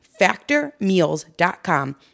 factormeals.com